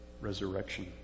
resurrection